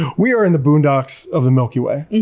we are in the boondocks of the milky way.